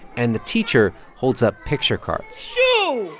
and the teacher holds up picture cards shoe